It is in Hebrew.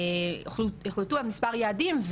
על מספר יעדים,